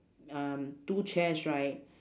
um two chairs right